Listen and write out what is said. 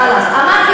חלאס, חלאס,